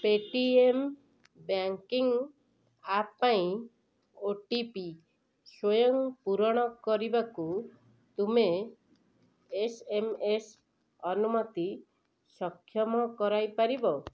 Paytm banking app ପାଇଁ O T P ସ୍ଵୟଂ ପୂରଣ କରିବାକୁ ତୁମେ ଏସ୍ ଏମ୍ ଏସ୍ ଅନୁମତି ସକ୍ଷମ କରାଇପାରିବ